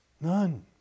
None